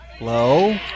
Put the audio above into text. Low